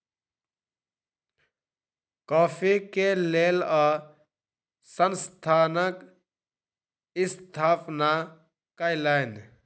coffee के लेल ओ संस्थानक स्थापना कयलैन